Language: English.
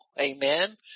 Amen